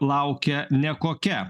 laukia nekokia